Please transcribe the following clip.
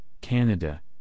Canada